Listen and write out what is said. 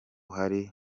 hari